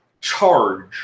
Charge